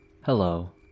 Hello